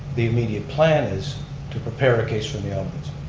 the immediate plan is to prepare a case for the um